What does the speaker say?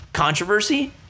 Controversy